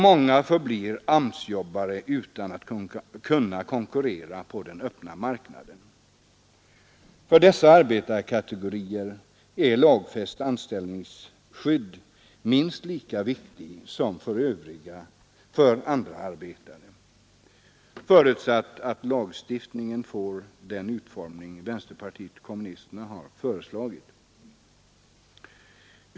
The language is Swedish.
Många förblir AMS-jobbare utan att kunna konkurrera på den öppna marknaden. För dessa arbetarkategorier är lagfäst anställningsskydd minst lika viktigt som för andra arbetare, förutsatt att lagstiftningen får den utformning vänsterpartiet kommunisterna föreslagit.